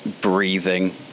breathing